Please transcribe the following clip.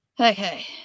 Okay